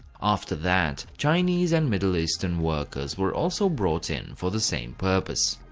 after that, chinese and middle eastern workers were also brought in for the same purpose.